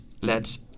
lets